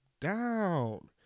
down